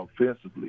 offensively